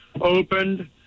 opened